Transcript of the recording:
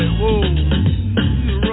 whoa